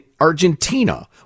Argentina